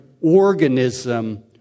organism